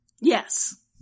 Yes